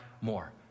more